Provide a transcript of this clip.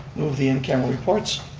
move the incoming reports,